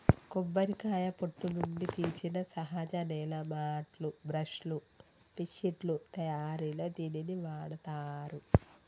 కొబ్బరికాయ పొట్టు నుండి తీసిన సహజ నేల మాట్లు, బ్రష్ లు, బెడ్శిట్లు తయారిలో దీనిని వాడతారు